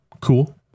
Cool